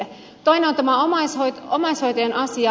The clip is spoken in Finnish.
toinen on tämä omaishoitajien asia